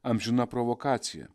amžina provokacija